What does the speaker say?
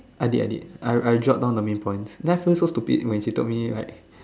I did I did I jot down the main points then I feel so stupid when she told me like